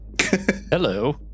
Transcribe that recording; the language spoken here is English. Hello